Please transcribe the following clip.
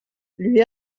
lui